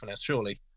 surely